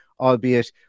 albeit